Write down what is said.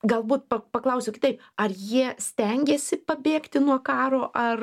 galbūt pa paklausiu kitaip ar jie stengiasi pabėgti nuo karo ar